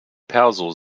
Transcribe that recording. perso